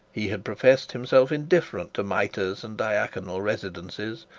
he had professed himself indifferent to mitres and diaconal residences,